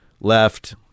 left